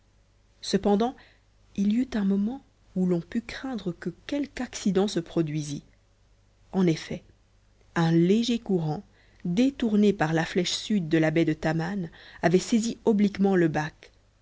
cependant il y eut un moment où l'on put craindre que quelque accident se produisit en effet un léger courant détourné par la flèche sud de la baie de taman avait saisi obliquement le bac